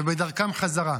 ובדרכם חזרה.